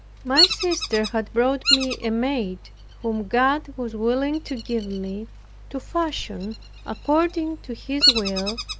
my sister had brought me a maid, whom god was willing to give me to fashion according to his will,